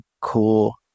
cool